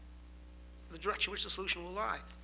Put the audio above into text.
the direction which the solution will lie.